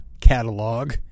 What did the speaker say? catalog